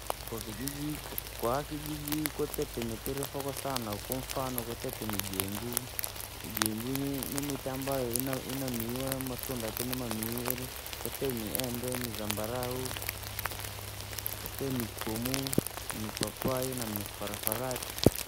Koo kijiji, ko kwakijiji kotite mutii inafokoo sanaa, kwamfano kotete mijenguu, mijenguu ni mitii ambayo ina- ina miwaa matunda chenu mamiwe ili, kotite miembe, mizambarau. kotite mikomu, mipapai na miparafaradi.